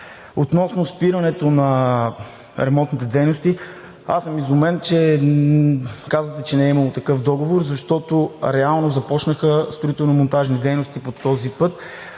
Относно спирането на ремонтните дейности. Изумен съм, че казвате, че не е имало такъв договор, защото реално започнаха строително-монтажни дейности по този път.